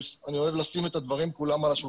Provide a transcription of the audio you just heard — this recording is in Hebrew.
אני אוהב לשים את הדברים כולם על השולחן.